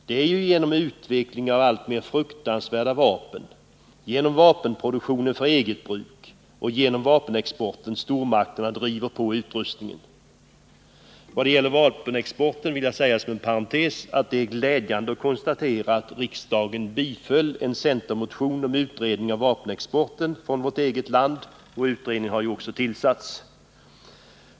Det är ju genom utveckling av alltmera fruktansvärda vapen, genom vapenproduktion för eget bruk och genom vapenexporten som stormakterna driver på upprustningen. Vad gäller vapenexporten vill jag inom parentes säga att det är glädjande att konstatera att riksdagen biföll en centermotion om utredning av vapenexporten från vårt eget land. Denna utredning har också tillsatts.